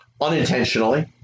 unintentionally